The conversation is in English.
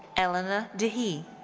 elena dieci.